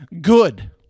good